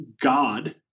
God